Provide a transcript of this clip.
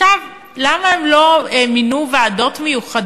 עכשיו, למה הם לא מינו ועדות מיוחדות